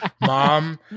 mom